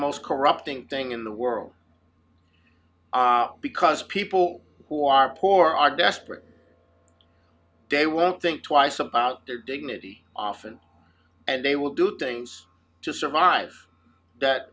most corrupting thing in the world because people who are poor are desperate they won't think twice about their dignity often and they will do things to survive that